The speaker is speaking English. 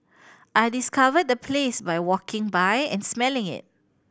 I discovered the place by walking by and smelling it